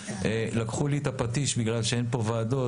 לקחו לי את הפטיש בגלל שאין פה ועדות,